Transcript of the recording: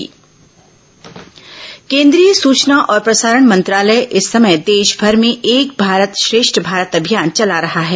एक भारत श्रेष्ठ भारत केंद्रीय सूचना और प्रसारण मंत्रालय इस समय देशभर में एक भारत श्रेष्ठ भारत अभियान चला रहा है